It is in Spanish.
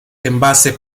envase